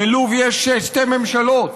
בלוב יש שתי ממשלות,